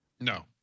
No